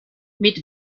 mit